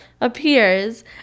Appears